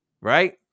Right